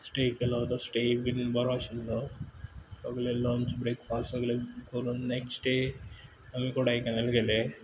stay केलो तो stay बीन बोरो आशिल्लो सगलें लंच ब्रेकफास्ट सगलें कोरून नॅक्श्ट डे आमी कोडायकनाल गेले